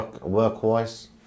work-wise